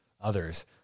others